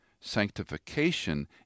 Sanctification